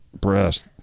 breast